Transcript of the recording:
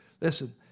Listen